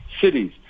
cities